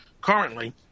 Currently